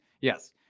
Yes